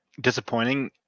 disappointing